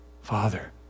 Father